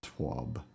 Twab